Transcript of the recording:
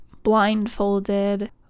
blindfolded